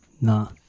No